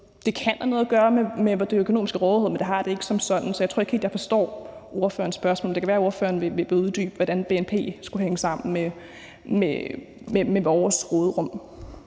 det kan have noget at gøre med det økonomiske råderum, men det har det ikke som sådan. Så jeg tror ikke helt, jeg forstår ordførerens spørgsmål. Det kan være, ordføreren vil uddybe, hvordan bnp skulle hænge sammen med vores råderum.